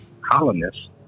colonists